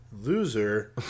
loser